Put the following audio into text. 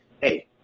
Hey